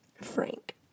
frank